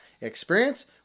Experience